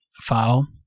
file